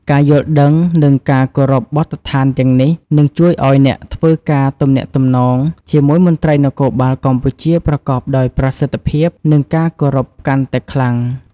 ការយល់ដឹង និងការគោរពបទដ្ឋានទាំងនេះនឹងជួយឲ្យអ្នកធ្វើការទំនាក់ទំនងជាមួយមន្ត្រីនគរបាលកម្ពុជាប្រកបដោយប្រសិទ្ធភាព និងការគោរពកាន់តែខ្លាំង។